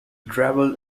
traveled